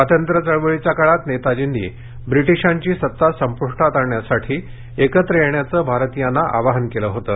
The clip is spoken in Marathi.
स्वातंत्र्यचळवळीच्या काळात नेताजींनी ब्रिटीशांची सत्ता संपुष्टात आणण्यासाठी एकत्र येण्याचं भारतीयांना आवाहन केलं होतं